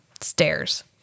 stairs